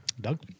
Doug